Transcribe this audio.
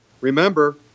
Remember